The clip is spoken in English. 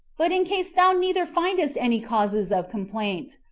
but in case thou neither findest any causes of complaint,